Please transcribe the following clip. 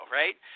right